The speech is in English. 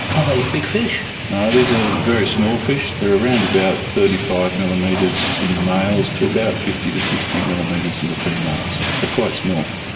are they big fish? no, these are very small fish. they are around about thirty five millimetres in the males to about fifty to sixty millimetres in the females, so quite small.